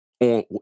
on